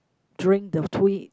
during the three